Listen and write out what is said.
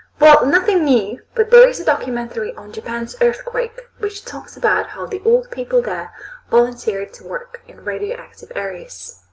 well nothing new, but there's a documentary on japan's earthquake which talks about how the old people there volunteered to work in radioactive areas.